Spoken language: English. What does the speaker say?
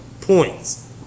points